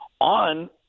on